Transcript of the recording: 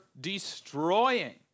destroying